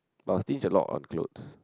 but I will stingy a lot on clothes